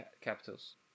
Capitals